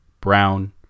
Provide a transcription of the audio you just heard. brown